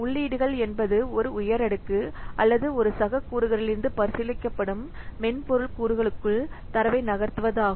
உள்ளீடுகள் என்பது ஒரு உயர் அடுக்கு அல்லது ஒரு சக கூறுகளிலிருந்து பரிசீலிக்கப்படும் மென்பொருள் கூறுகளுக்குள் தரவை நகர்த்துவதாகும்